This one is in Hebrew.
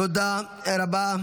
תודה רבה.